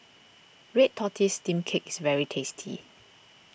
Red Tortoise Steamed Cake is very tasty